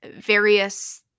various